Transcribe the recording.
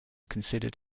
considered